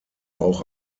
auch